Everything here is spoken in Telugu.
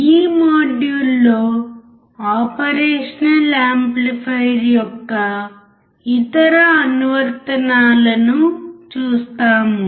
ఈ మాడ్యూల్లో ఆపరేషనల్ యాంప్లిఫైయర్ యొక్క ఇతర అనువర్తనాలను చూస్తాము